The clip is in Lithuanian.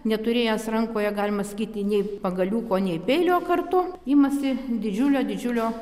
neturėjęs rankoje galima sakyti nei pagaliuko nei peilio kartu imasi didžiulio didžiulio